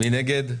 מי נגד?